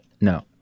No